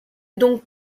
donc